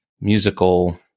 musical